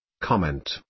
Comment